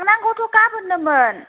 थांनांगौथ' गाबोन नोमोन